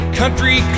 country